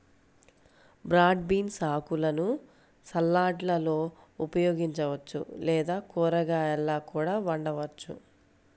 broad beans ఆకులను సలాడ్లలో ఉపయోగించవచ్చు లేదా కూరగాయలా కూడా వండవచ్చు